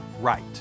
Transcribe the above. right